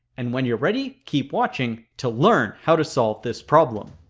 and when you are ready, keep watching to learn how to solve this problem.